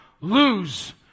lose